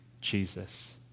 Jesus